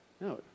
No